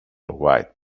white